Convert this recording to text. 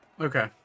okay